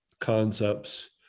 concepts